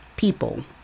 People